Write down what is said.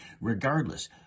Regardless